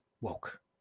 woke